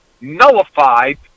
nullified